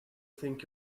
think